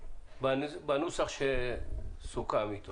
בנוסח שסוכם.